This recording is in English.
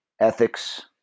ethics